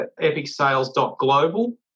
epicsales.global